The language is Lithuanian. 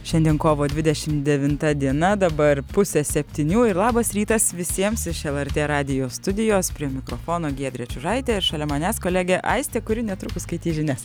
šiandien kovo dvidešim devinta diena dabar pusė septynių ir labas rytas visiems iš lrt radijo studijos prie mikrofono giedrė čiužaitė ir šalia manęs kolegė aistė kuri netrukus skaitys žinias